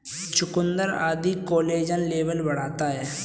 चुकुन्दर आदि collagen level बढ़ाता है